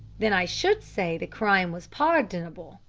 then i should say the crime was pardonable.